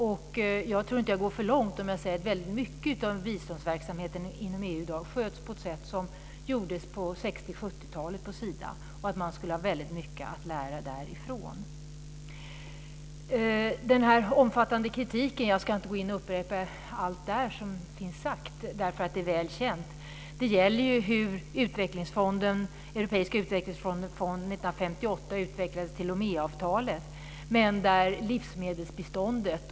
Jag tror inte att jag går för långt om jag säger att väldigt mycket av biståndsverksamheten inom EU i dag sköts på ett sätt som gjordes på 60 och 70-talet på Sida. Man skulle ha mycket att lära därifrån. Jag ska inte upprepa allt som sagts i den omfattande kritiken, eftersom det är väl känt. Det gäller hur den europeiska utvecklingsfonden 1958 utvecklades till Loméavtalet och livsmedelsbiståndet.